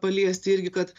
paliesti irgi kad